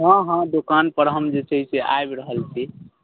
हँ हँ दोकान पर हम जे छै से आबि रहल छी